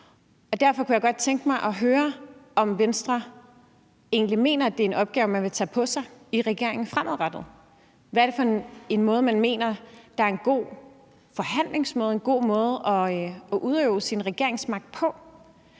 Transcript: Derfor kunne jeg godt tænke mig at høre, om Venstre egentlig mener, at det er en opgave, man vil tage på sig i regeringen fremadrettet. Hvad er det, man mener er en god måde at udøve sin regeringsmagt på